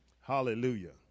Hallelujah